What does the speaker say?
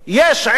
יש ערך